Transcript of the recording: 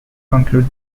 conclude